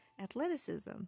athleticism